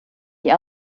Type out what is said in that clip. die